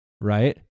right